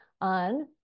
on